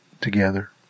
together